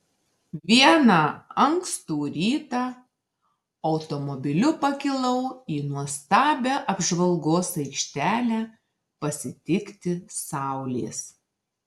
vieną ankstų rytą automobiliu pakilau į nuostabią apžvalgos aikštelę pasitikti saulės